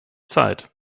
zeit